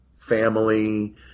Family